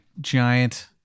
giant